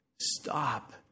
Stop